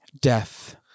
death